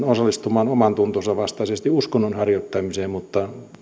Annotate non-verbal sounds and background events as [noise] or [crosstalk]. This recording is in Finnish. [unintelligible] osallistumaan omantuntonsa vastaisesti uskonnon harjoittamiseen mutta